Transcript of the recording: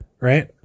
right